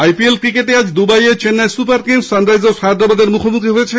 IPL ক্রিকেটে আজ দুবাইয়ে চেন্নাই সুপার কিংস সানরাইজার্স হায়দ্রাবাদের মুখোমুখি হয়েছে